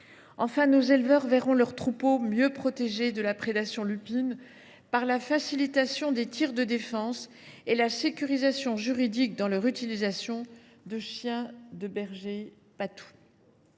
Enfin, nos éleveurs verront leurs troupeaux mieux protégés de la prédation lupine par la facilitation des tirs de défense et par la sécurisation juridique de l’utilisation des chiens de berger patous.